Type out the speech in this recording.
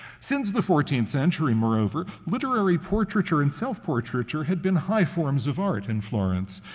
since the fourteenth century, moreover, literary portraiture and self-portraiture had been high forms of art in florence.